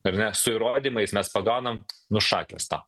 ar ne su įrodymais mes pagaunam nu šakės tau